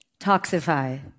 toxify